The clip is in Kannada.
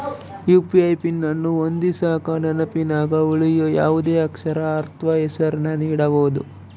ಯು.ಪಿ.ಐ ಪಿನ್ ಅನ್ನು ಹೊಂದಿಸಕ ನೆನಪಿನಗ ಉಳಿಯೋ ಯಾವುದೇ ಅಕ್ಷರ ಅಥ್ವ ಹೆಸರನ್ನ ನೀಡಬೋದು